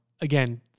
again